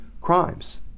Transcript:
crimes